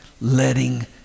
letting